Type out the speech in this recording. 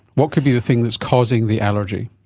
what could be the thing that is causing the allergy?